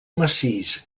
massís